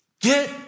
get